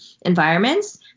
environments